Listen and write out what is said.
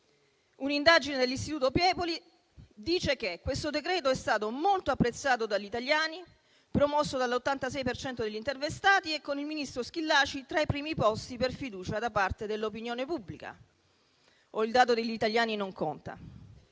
un'indagine dell'Istituto Piepoli dice che questo decreto è stato molto apprezzato dagli italiani, promosso dall'86 per cento degli intervistati e con il ministro Schillaci tra i primi posti per fiducia da parte dell'opinione pubblica. O il dato degli italiani non conta?